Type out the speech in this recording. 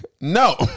no